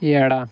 ಎಡ